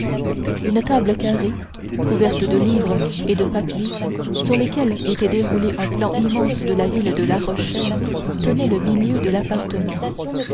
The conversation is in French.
une table carrée couverte de livres et de papiers sur lesquels était déroulé un plan immense de la ville de la rochelle tenait le milieu de l'appartement